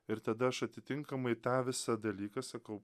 ir tada aš atitinkamai tą visą dalyką sakau